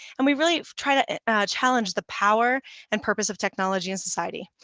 and we really try to challenge the power and purpose of technology and society.